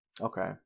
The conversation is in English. okay